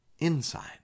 Inside